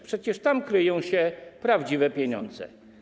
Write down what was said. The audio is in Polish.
Przecież tam kryją się prawdziwe pieniądze.